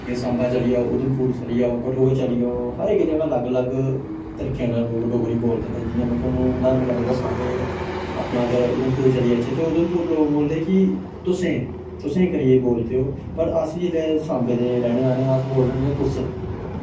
ठीक ऐ सांबा चली जाओ उधमपुर चली जाओ कठुआ चली जाओ हर इक जगह अलग अलग तरीके नै लोक डोगरी बोलदे न जियां में थोआनू उदाहरण कन्नै दस्सां ते अपना अगर उधमपुर चली जाचै ते उधमपुर लोक बोलदे की तुसें तुसें करियै बोलदे ओह् पर अस जिसलै सांबे दे रौह्ने आह्लें आं ते अस बोलने होन्ने तुस